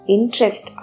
Interest –